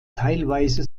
teilweise